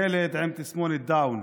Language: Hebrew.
ילד עם תסמונת דאון.